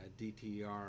DTR